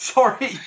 Sorry